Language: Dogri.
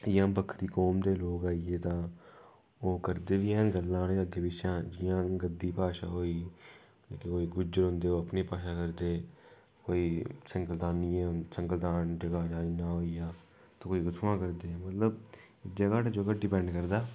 इ'यां बक्खरी कौम दे लोग आई गे तां ओह् करदे बी हैन गल्लां अग्गें पिच्छें जियां गद्दी भाशा होई कि कोई गुज्जर होंदे ओह् अपनी भाशा करदे कोई संगलदानिये संगलदान कोई उत्थुआं करदे मतलब जगह् जगह् पर डिपैंड करदा